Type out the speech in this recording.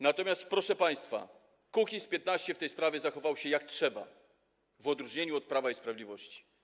Natomiast, proszę państwa, Kukiz’15 w tej sprawie zachował się, jak trzeba, w odróżnieniu od Prawa i Sprawiedliwości.